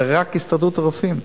זה רק הסתדרות הרופאים.